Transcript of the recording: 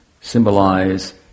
symbolize